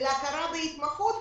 להכרה בהתמחות,